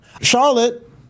Charlotte